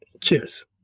Cheers